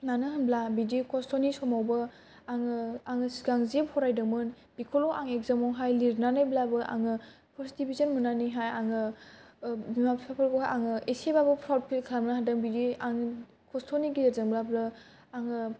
मानो होनब्ला बिदि खस्थ'नि समावबो आङो सिगां जे फरायदोंमोन बेखौल' आं इगजामावहाय आं लिरना ब्लाबो आङो पारस्ट दिभिसोन मोननानैहाय आङो बिमा बिफा फोरखौहाय आङो एसेबाबो प्रवद फिल खालामना होदों बिदि आं खस्थ'नि गेजेरजों ब्लाबो आङो